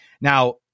now